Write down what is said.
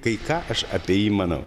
kai ką aš apie jį manau